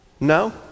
No